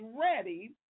ready